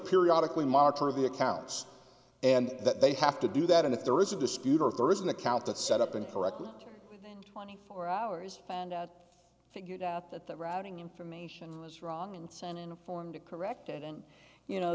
periodically monitor the accounts and that they have to do that and if there is a dispute or if there is an account that set up incorrectly twenty four hours and figured out that the routing information is wrong and send in a form to correct it and you know